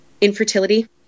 Infertility